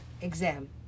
exam